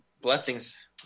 Blessings